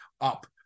up